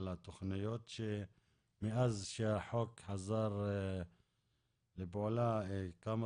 על התכניות מאז שהחוק חזר לפעולה כמה